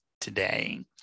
today